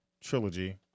Trilogy